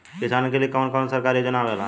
किसान के लिए कवन कवन सरकारी योजना आवेला?